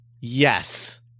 Yes